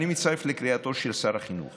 אני מצטרף לקריאתו של שר החינוך